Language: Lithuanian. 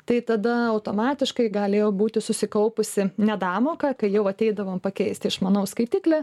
tai tada automatiškai galėjo būti susikaupusi nedamoka kai jau ateidavom pakeisti išmanaus skaitiklį